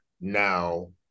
now